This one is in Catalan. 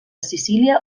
sicília